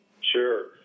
sure